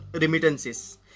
remittances